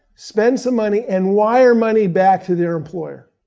spend some money and wire money back to their employer.